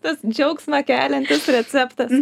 tas džiaugsmą keliantis receptas